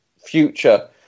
future